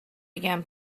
began